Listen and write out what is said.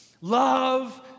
Love